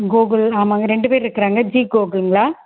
கோகுல் ஆமாம்ங்க ரெண்டு பேர் இருக்குறாங்க ஜி கோகுல்ங்க